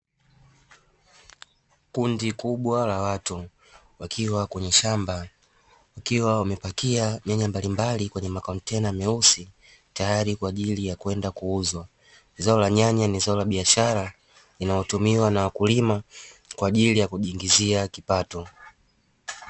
Kundi kubwa la watu wakiwa kwenye shamba wakiwa wamepakia nyanya mbalimbali kwenye makontena meusi tayari kwa ajili ya kwenda kuuzwa, zao la nyanya ni zao biashara linalotumiwa na wakulima kwa ajili ya kujiingizia kipato.